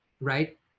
right